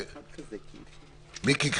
מיקי,